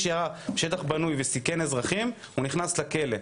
מי שירה בשטח בנוי וסיכן אזרחים נכנס לכלא.